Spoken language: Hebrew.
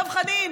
דב חנין?